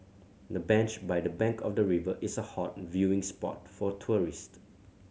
the bench by the bank of the river is a hot viewing spot for tourist